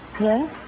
Yes